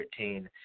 2013